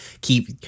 keep